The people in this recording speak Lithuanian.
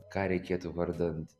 ką reikėtų vardan